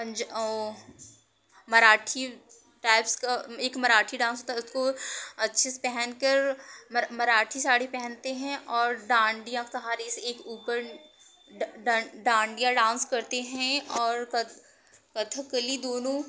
पंज अ मराठी टाइप्स का एक मराठी डांस को अच्छे से पहन कर मराठी साड़ी पहनते हैं और डांडिया सहारे से एक ऊपर डांडिया डांस करते हैं और कथ कथकली दोनों